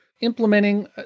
implementing